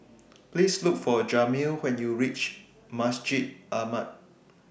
Please Look For Jamil when YOU REACH Masjid Ahmad